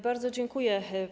Bardzo dziękuję.